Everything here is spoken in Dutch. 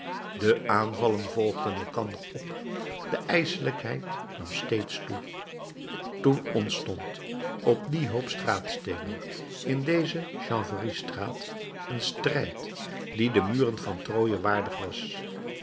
de aanvallen volgden elkander op de ijselijkheid nam steeds toe toen ontstond op dien hoop straatsteenen in deze chanvreriestraat een strijd die de muren van troje waardig was